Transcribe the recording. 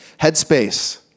Headspace